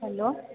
hello